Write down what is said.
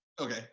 Okay